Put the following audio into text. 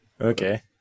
Okay